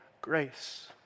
grace